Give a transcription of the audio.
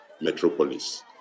metropolis